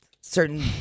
Certain